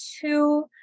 two